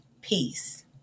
Peace